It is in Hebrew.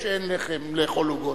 כשאין לחם לאכול עוגות.